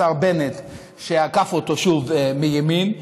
השר בנט שעקף אותו שוב מימין,